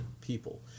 people